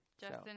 Justin